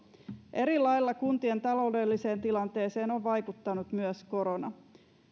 eri lailla kuntien taloudelliseen tilanteeseen on vaikuttanut myös korona